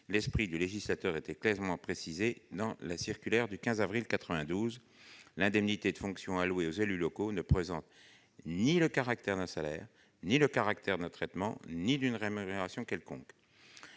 l'esprit du législateur était clairement précisé dans la circulaire du 15 avril 1992 : l'indemnité de fonction allouée aux élus locaux « ne présente le caractère ni d'un salaire, ni d'un traitement, ni d'une rémunération quelconque